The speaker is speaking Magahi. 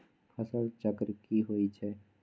फसल चक्र की होई छै?